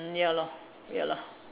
ya lor ya lah